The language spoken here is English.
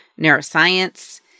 neuroscience